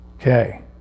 Okay